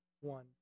one